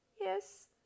Yes